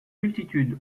multitude